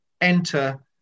enter